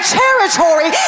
territory